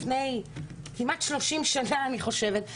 לפני כמעט 30 שנה אני חושבת,